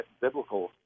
biblical